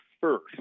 first